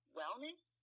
wellness